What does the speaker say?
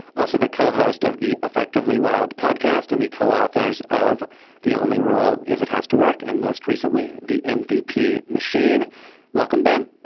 also the co-host of the effectively wild podcast and the co-authors of the only rule is it has to work. and most recently the mvp machine welcome ben.